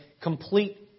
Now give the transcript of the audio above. complete